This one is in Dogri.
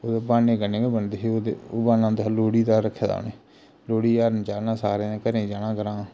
कुतै ब्हाने कन्नै गै बनदे हे ओह् ते ओह् ब्हाना हुंदा हा लोह्ड़ी दा रक्खे दा उ'नें लोह्ड़ी गी हर्ण चाढ़ना सारें दे घरें जाना ग्रांऽ